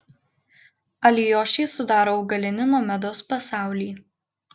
alijošiai sudaro augalinį nomedos pasaulį